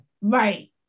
right